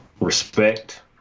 respect